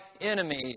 enemies